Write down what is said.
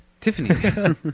Tiffany